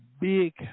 big